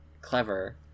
clever